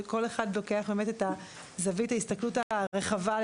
כל אחד לוקח באמת את זווית ההסתכלות הרחבה על